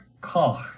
Koch